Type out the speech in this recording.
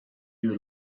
you